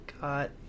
got